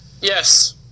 Yes